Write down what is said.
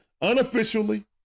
unofficially